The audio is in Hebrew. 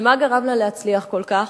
ומה גרם לה להצליח כל כך?